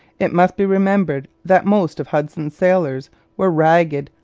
it must be remembered that most of hudson's sailors were ragged,